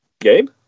Gabe